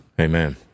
amen